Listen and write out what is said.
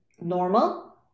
normal